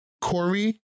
Corey